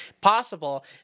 possible—